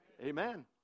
Amen